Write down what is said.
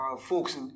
folks